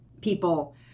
people